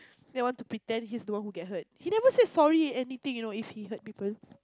then want to pretend he's the one get hurt he never say sorry anything you know if he's hurt people